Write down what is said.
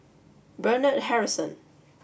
Bernard Harrison